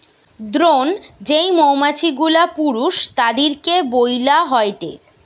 drone যেই মৌমাছি গুলা পুরুষ তাদিরকে বইলা হয়টে